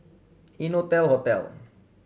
Innotel Hotel